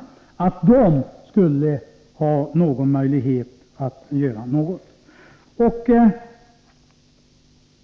Beredningen förutsätter att de skulle ha möjligheter att göra något. Jag